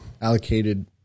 Allocated